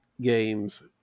games